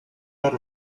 lot